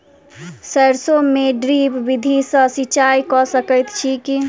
सैरसो मे ड्रिप विधि सँ सिंचाई कऽ सकैत छी की?